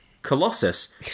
colossus